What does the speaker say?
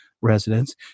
residents